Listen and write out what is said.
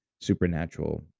supernatural